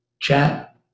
chat